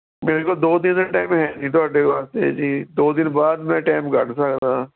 ਮੇਰੇ ਕੋਲ ਦੋ ਦਿਨ ਦਾ ਟਾਇਮ ਹੈ ਨਹੀਂ ਤੁਹਾਡੇ ਵਾਸਤੇ ਜੀ ਦੋ ਦਿਨ ਬਾਅਦ ਮੈਂ ਟਾਇਮ ਕੱਢ ਸਕਦਾ